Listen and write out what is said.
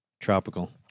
tropical